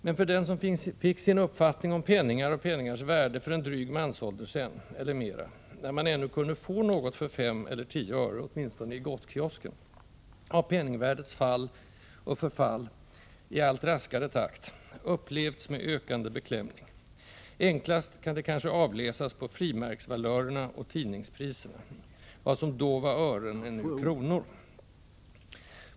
Men för den som fick sin uppfattning om penningar och penningars värde för en dryg mansålder sedan eller mera, när man ännu kunde få något för fem eller tio öre, åtminstone i gottkiosken, har penningvärdets fall — och förfall — i allt raskare takt upplevts med ökande beklämning. Enklast kan det kanske avläsas på frimärksvalörerna och tidningspriserna. Vad som då var ören är nu kronor.